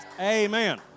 Amen